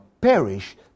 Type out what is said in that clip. perish